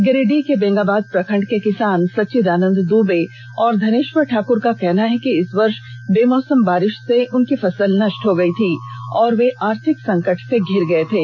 गिरिडीह के बेंगाबाद प्रखंड के किसान सच्चिदानंद दूबे और धनेश्वर ठाक्र का कहना है कि इस वर्ष बेमौसम बारिश से उनकी फसल नष्ट हो गई थी और वे आर्थिक संकट से घिर गए थे